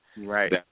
Right